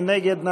מי נגד?